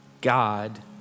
God